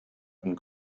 and